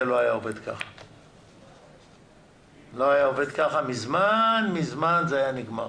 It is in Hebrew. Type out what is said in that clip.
זה לא היה עובד כך אלא מזמן זה היה נגמר.